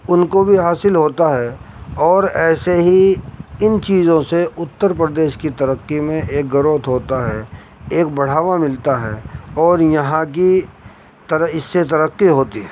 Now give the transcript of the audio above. ان کو بھی حاصل ہوتا ہے اور ایسے ہی ان چیزوں سے اتر پردیش کی ترقی میں ایک گروتھ ہوتا ہے ایک بڑھاوا ملتا ہے اور یہاں کی اس سے ترقی ہوتی ہے